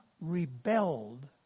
rebelled